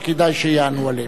שכדאי שיענו עליהם.